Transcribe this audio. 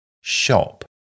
shop